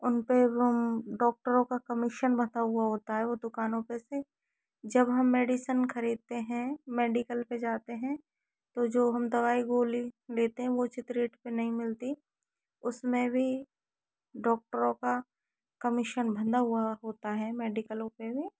उन पे वह डॉक्टरों का कमीशन बँटा हुआ होता है वो दुकानों पे से जब हम मेडिसन खरीदते हैं मेडिकल पे जाते हैं तो जो हम दवाई गोली लेते हैं वो उचित रेट पे नहीं मिलती उसमें भी डॉक्टरों का कमीशन बंधा हुआ होता है मेडिकलों पे भी